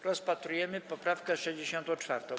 Rozpatrujemy poprawkę 64.